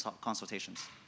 consultations